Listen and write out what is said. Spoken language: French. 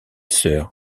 sœur